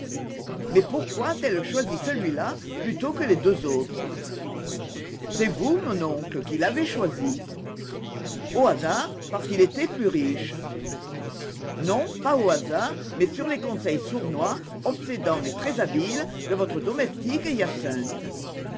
mais pourquoi a-t-elle choisi celui-là plutôt que les deux autres c'est vous mon oncle qui l'avez choisi au hasard parce qu'il était plus riche non pas au hasard mais sur les conseils sournois obsédants et très habiles de votre domestique hyacinthe